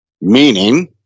meaning